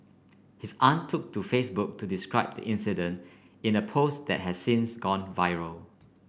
his aunt took to Facebook to describe the incident in a post that has since gone viral